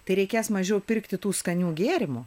tai reikės mažiau pirkti tų skanių gėrimų